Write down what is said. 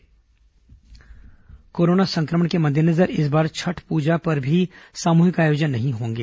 Chhath Puja corona संक्रमण के मद्देनजर इस बार छठ पूजा पर भी सामूहिक आयोजन नहीं होंगे